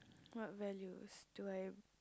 what values do I